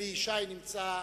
אלי ישי נמצא,